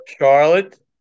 Charlotte